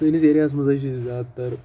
سٲنِس ایریاہَس منٛز حظ چھِ زیادٕ تَر